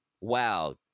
wow